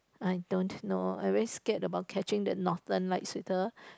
I don't know I very scared about catching the northern lights with her